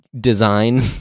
design